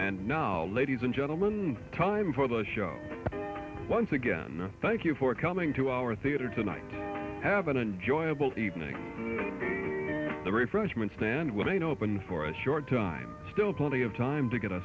and now ladies and gentlemen time for the show once again thank you for coming to our theater tonight evan and joy all evening the refreshment stand would open for a short time still plenty of time to get a